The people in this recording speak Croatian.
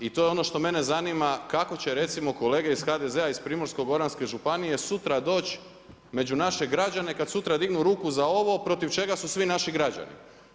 I to je ono što mene zanima, kako će recimo, kolege iz HDZ-a, iz Primorsko goranske županije, sutra doći među naše građane, kada sutra dignu ruke za ovo, protiv čega su svi naši građani.